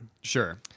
sure